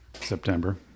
September